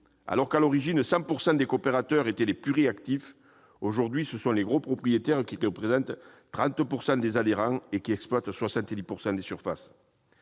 Alors que, à l'origine, 100 % des coopérateurs étaient des pluriactifs, aujourd'hui, les gros propriétaires représentent 30 % des adhérents et exploitent 70 % des surfaces.